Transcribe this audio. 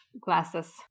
glasses